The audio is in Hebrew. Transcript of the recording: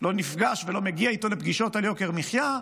לא נפגש איתו ולא מגיע לפגישות איתו על יוקר מחיה,